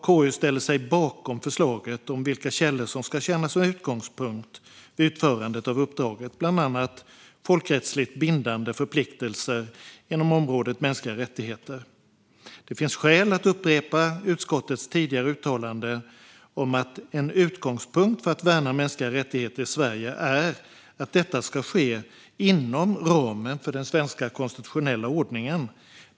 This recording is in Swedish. KU ställer sig bakom förslaget om vilka källor som ska tjäna som utgångspunkt vid utförandet av uppdraget, bland annat folkrättsligt bindande förpliktelser inom området mänskliga rättigheter. Det finns skäl att upprepa utskottets tidigare uttalande om att en utgångspunkt för att värna mänskliga rättigheter i Sverige är att detta ska ske inom ramen för den svenska konstitutionella ordningen.